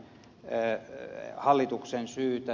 pertti virtanen hallituksen syytä